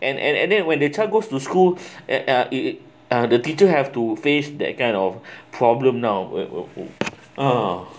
and and then when the child goes to school uh uh it uh the teacher have to face that kind of problem now uh